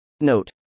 Note